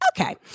okay